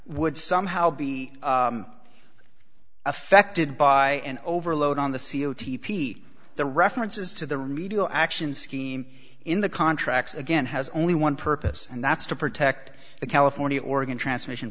would somehow be affected by an overload on the c o t p the references to the remedial action scheme in the contracts again has only one purpose and that's to protect the california oregon transmission